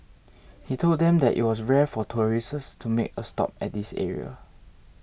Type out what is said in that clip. he told them that it was rare for tourists to make a stop at this area